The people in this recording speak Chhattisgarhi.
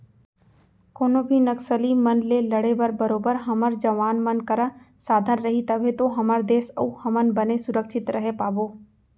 कोनो भी नक्सली मन ले लड़े बर बरोबर हमर जवान मन करा साधन रही तभे तो हमर देस अउ हमन बने सुरक्छित रहें पाबो